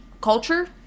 culture